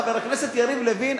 חבר הכנסת יריב לוין,